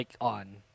on